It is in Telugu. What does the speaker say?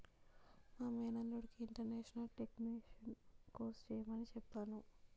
మా మేనల్లుడికి ఇంటర్నేషనల్ టేక్షేషన్ కోర్స్ చెయ్యమని చెప్పాను